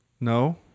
No